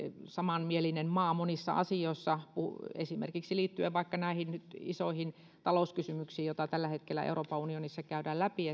samanmielinen maa monissa asioissa esimerkiksi liittyen vaikka nyt näihin isoihin talouskysymyksiin joita tällä hetkellä euroopan unionissa käydään läpi